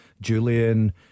Julian